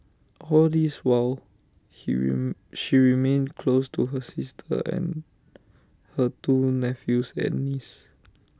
all this while he re she remained close to her sister and her two nephews and niece